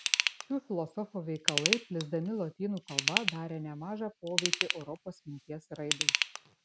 šių filosofų veikalai plisdami lotynų kalba darė nemažą poveikį europos minties raidai